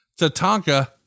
Tatanka